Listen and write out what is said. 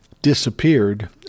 Disappeared